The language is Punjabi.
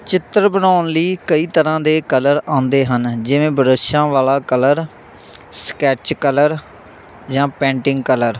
ਚਿੱਤਰ ਬਣਾਉਣ ਲਈ ਕਈ ਤਰ੍ਹਾਂ ਦੇ ਕਲਰ ਆਉਂਦੇ ਹਨ ਜਿਵੇਂ ਬਰੱਸ਼ਾਂ ਵਾਲਾ ਕਲਰ ਸਕੈੱਚ ਕਲਰ ਜਾਂ ਪੈਂਟਿੰਗ ਕਲਰ